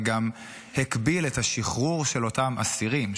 וגם הקביל את השחרור של אותם אסירים,